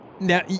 now